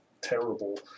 terrible